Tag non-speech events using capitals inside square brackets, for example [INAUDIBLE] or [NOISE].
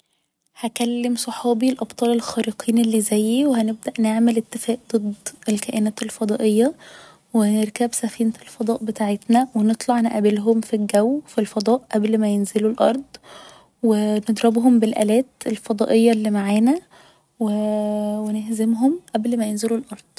هكلم صحابي الأبطال الخارقين اللي زيي و هنبدأ نعمل اتفاق ضد الكائنات الفضائية و نركب سفينة الفضاء بتاعتنا و نطلع نقابلهم في الجو في الفضاء قبل ما ينزلوا الأرض و نضربهم بالآلات الفضائية اللي معانا [HESITATION] نهزمهم قبل ما ينزلوا الأرض